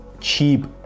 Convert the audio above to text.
cheap